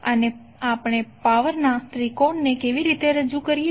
અને આપણે પાવર ના ત્રિકોણ ને કેવી રીતે રજૂ કરીએ છીએ